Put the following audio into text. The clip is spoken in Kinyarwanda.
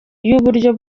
y’uburyo